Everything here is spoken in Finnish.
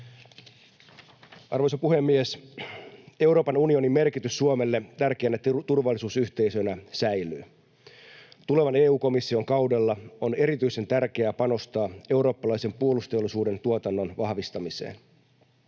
Arvoisa puhemies! Euroopan unionin merkitys Suomelle tärkeänä turvallisuusyhteisönä säilyy. Tulevan EU-komission kaudella on erityisen tärkeää panostaa eurooppalaisen puolustusteollisuuden tuotannon vahvistamiseen.